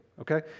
okay